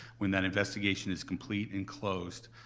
when that investigation is complete and closed,